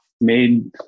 made